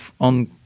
on